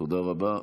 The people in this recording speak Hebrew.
תודה רבה.